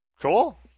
Cool